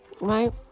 right